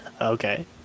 Okay